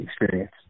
experience